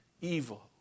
Evil